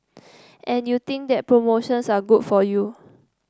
and you think that promotions are good for you